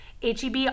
HEB